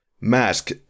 mask